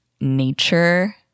nature